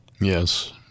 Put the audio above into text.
Yes